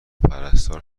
پرستار